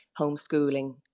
homeschooling